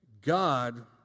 God